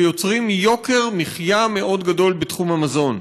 ויוצרים יוקר מחיה מאוד גדול בתחום המזון.